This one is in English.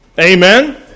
Amen